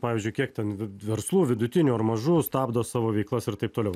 pavyzdžiui kiek ten verslų vidutinių ar mažų stabdo savo veiklas ir taip toliau